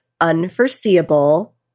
unforeseeable